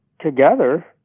together